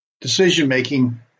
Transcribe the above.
decision-making